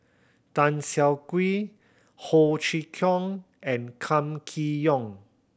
Tan Siah Kwee Ho Chee Kong and Kam Kee Yong